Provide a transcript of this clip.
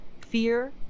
fear